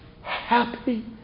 happy